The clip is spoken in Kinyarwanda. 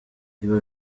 reba